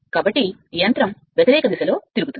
కాబట్టి యంత్రం వ్యతిరేక దిశలో తిరుగుతుంది